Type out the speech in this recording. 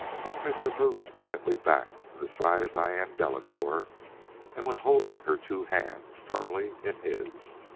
harkness had moved quietly back to the side of diane delacouer and was holding her two hands firmly in his.